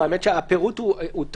האמת היא שהפירוט הוא טוב.